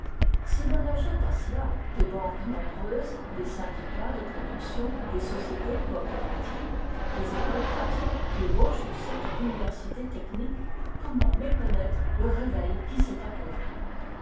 si l'on ajoute à cela des banques nombreuses des syndicats de production des sociétés coopératives des écoles pratiques qui ébauchent une sorte d'université technique comment méconnaître le réveil qui s'est accompli